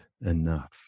enough